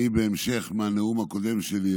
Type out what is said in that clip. בהמשך לנאום הקודם שלי,